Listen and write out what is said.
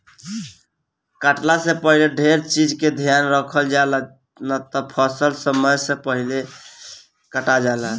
कटला से पहिले ढेर चीज के ध्यान रखल जाला, ना त फसल समय से पहिले कटा जाला